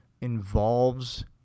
involves